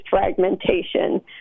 fragmentation